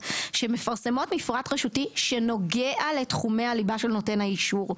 שמפרסמות מפרט רשותי שנוגע לתחומי הליבה של נותן האישור.